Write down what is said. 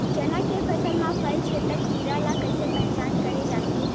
चना के फसल म फल छेदक कीरा ल कइसे पहचान करे जाथे?